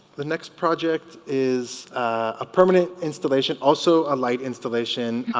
the next project is a permanent installation also a light installation